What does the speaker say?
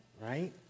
right